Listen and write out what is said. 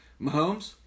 Mahomes